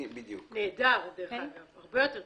נהדר, הרבה יותר טוב.